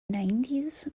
nineties